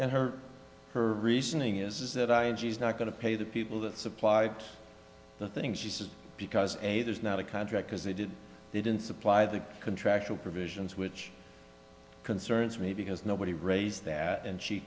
and her her reasoning is that i and she's not going to pay the people that supplied the things she says because a there's not a contract because they did they didn't supply the contractual provisions which concerns me because nobody raised that and she